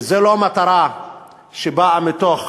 וזו לא מטרה שבאה מתוך